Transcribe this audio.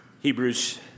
Hebrews